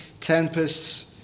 tempests